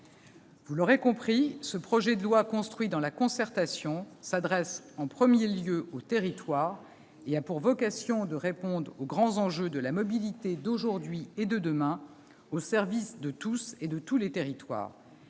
Vous l'aurez compris, ce projet de loi, construit dans la concertation, s'adresse en premier lieu aux territoires et a pour vocation de répondre aux grands enjeux de la mobilité d'aujourd'hui et de demain, au service de tous et de tous les territoires.